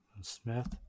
Smith